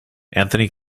anthony